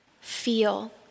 feel